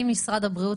ברור.